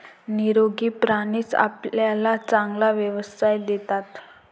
निरोगी प्राणीच आपल्याला चांगला व्यवसाय देतात